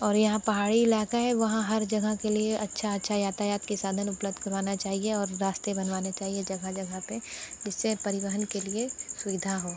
और यहाँ पहाड़ी इलाका है वहाँ हर जगह के लिए अच्छा अच्छा यातायात के साधन उपलब्ध करवाना चाहिए और रास्ते बनवाने चाहिए जगह जगह पर जिससे परिवहन के लिए सुविधा हो